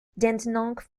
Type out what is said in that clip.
dandenong